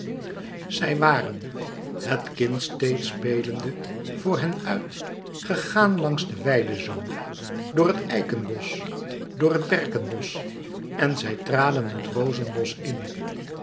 zij waren het kind steeds spelende voor hen uit gegaan langs den weidezoom door het eikenbosch door het berkenbosch en zij traden het rozenbosch in